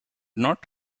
not